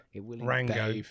Rango